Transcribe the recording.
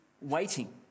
waiting